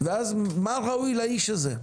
ואז מה ראוי לאיש הזה,